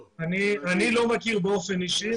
לא --- אני לא מכיר באופן אישי,